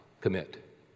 commit